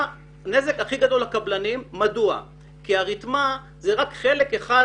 נזק הכי גדול לקבלנים מכיוון שהרתמה זה רק חלק אחד